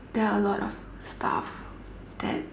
there are a lot of stuff that